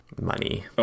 Money